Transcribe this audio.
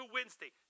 Wednesday